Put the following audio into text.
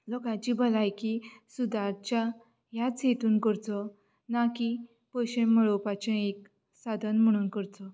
लोकांची भलायकी सुदारच्या ह्याच हेतून करचो ना की पयशे मेळोवपाचे एक साधन म्हणून करचो